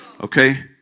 Okay